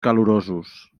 calorosos